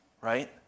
right